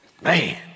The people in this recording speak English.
Man